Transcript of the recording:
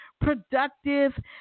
productive